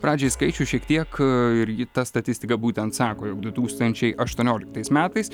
pradžiai skaičių šiek tiek ir ji ta statistika būtent sako jog du tūkstančiai aštuonioliktais metais